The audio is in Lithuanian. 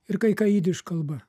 ir kai ką jidiš kalba